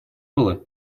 было